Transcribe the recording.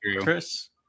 chris